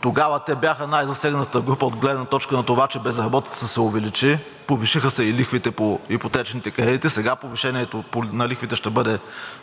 тогава те бяха най-засегнатата група от гледна точка на това, че безработицата се увеличи, повишиха се и лихвите по ипотечните кредити. Сега повишението на лихвите ще бъде